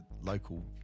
local